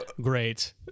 great